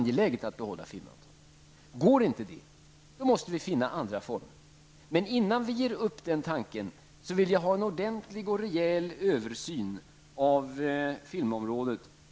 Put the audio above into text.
Går det inte, måste vi finna andra former. Men innan vi ger upp den tanken vill jag ha en ordentlig och rejäl översyn av filmområdet.